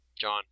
John